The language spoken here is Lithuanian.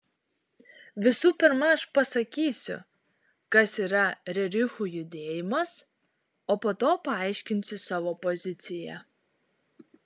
visų pirma aš pasakysiu kas yra rerichų judėjimas o po to paaiškinsiu savo poziciją